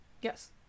Yes